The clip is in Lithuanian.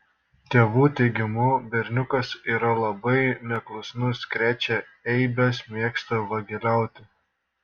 tėvų teigimu berniukas yra labai neklusnus krečia eibes mėgsta vagiliauti